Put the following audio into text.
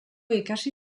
ikasi